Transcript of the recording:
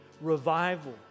revival